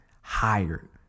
higher